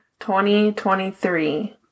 2023